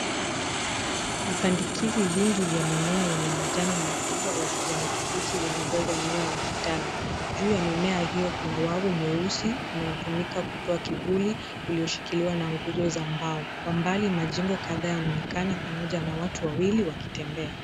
Vipandikizi vingi vya mimea ya majani makubwa ya kijani kibichi vinajaza eneo la kitalu. Juu ya mimea hiyo kuna wavu mweusi unaotumika kutoa kivuli ulioshikiliwa na nguzo za mbao. Kwa umbali majengo kadhaa yanaonekana pamoja na watu wawili wakitembea.